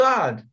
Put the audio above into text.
God